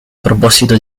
proposito